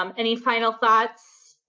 um any final thoughts,